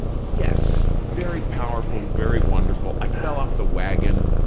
yes, very powerful, very wonderful. i fell off the wagon